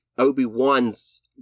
Obi-Wan's